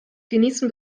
genießen